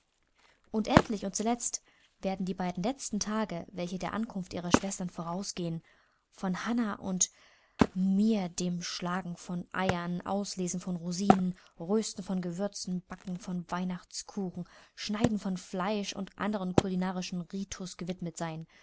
und endlich und zuletzt werden die beiden letzten tage welche der ankunft ihrer schwestern vorausgehen von hannah und mir dem schlagen von eiern auslesen von rosinen rösten von gewürzen backen von weihnachtskuchen schneiden von fleisch und anderem culinarischem ritus gewidmet sein